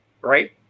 right